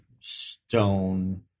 stone